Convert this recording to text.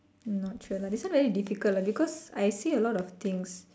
not sure lah this one very difficult lah because I see a lot of things